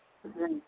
ਹਾਂਜੀ